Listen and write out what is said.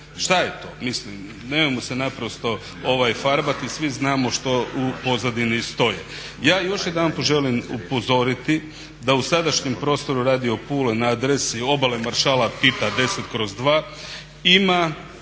Šta je to? Mislim nemojmo se naprosto farbati svi znamo što u pozadini stoji. Ja još jedanput želim upozoriti da u sadašnjem prostoru radio Pule na adresi Obale maršala Tita 10/2 ima